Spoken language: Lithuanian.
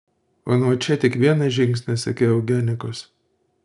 o nuo čia tik vienas žingsnis iki eugenikos